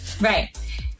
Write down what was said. Right